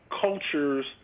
cultures